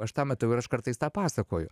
aš tą matau ir aš kartais tą pasakoju